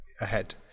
ahead